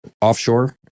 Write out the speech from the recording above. offshore